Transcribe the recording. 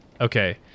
Okay